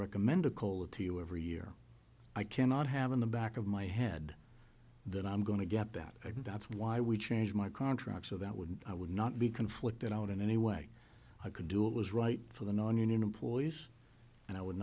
recommend a cola to you every year i cannot have in the back of my head that i'm going to get back out again that's why we changed my contract so that would i would not be conflicted out in any way i could do it was right for the nonunion employees and i would